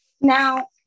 now